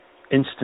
instant